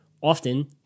often